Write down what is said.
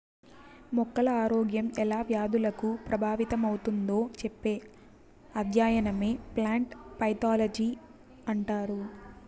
మొక్కల ఆరోగ్యం ఎలా వ్యాధులకు ప్రభావితమవుతుందో చెప్పే అధ్యయనమే ప్లాంట్ పైతాలజీ అంటారు